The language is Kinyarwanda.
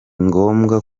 ngombwa